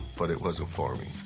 but it wasn't for me.